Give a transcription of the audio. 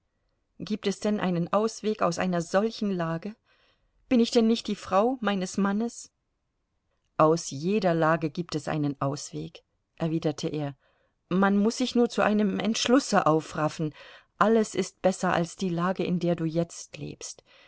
gibt es denn einen ausweg aus einer solchen lage bin ich denn nicht die frau meines mannes aus jeder lage gibt es einen ausweg erwiderte er man muß sich nur zu einem entschlusse aufraffen alles ist besser als die lage in der du jetzt lebst